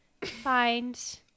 find